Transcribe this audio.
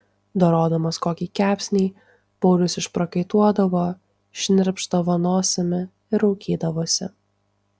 dorodamas kokį kepsnį paulius išprakaituodavo šnirpšdavo nosimi ir raukydavosi